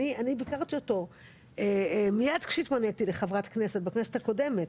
אני ביקרתי אותו מיד כשהתמניתי לחברת כנסת בכנסת הקודמת.